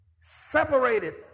separated